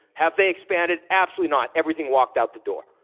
have they expanded? absolutely not. everything walked out the door,